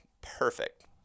perfect